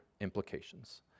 implications